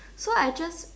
so I just